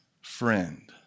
friend